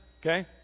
Okay